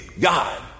God